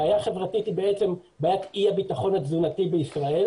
הבעיה החברתית היא בעיית אי הביטחון התזונתי בישראל.